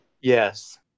Yes